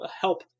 help